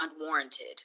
unwarranted